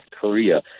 Korea